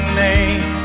name